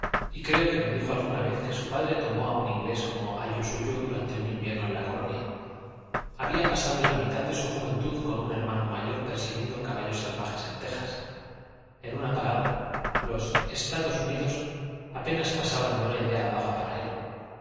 y creo que me dijo alguna vez que su padre tomó a un inglés como ayo suyo durante un invierno en la colonia había pasado la mitad de su juventud con un hermano mayor persiguiendo caballos salvajes en tejas en una palabra los estados unidos apenas pasaban de una idea vaga para él